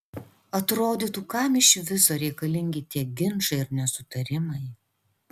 atrodytų kam iš viso reikalingi tie ginčai ir nesutarimai